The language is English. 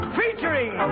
featuring